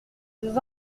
des